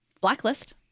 Blacklist